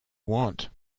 want